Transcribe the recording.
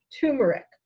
turmeric